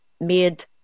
made